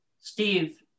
Steve